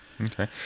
Okay